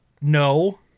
no